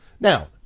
Now